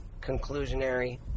conclusionary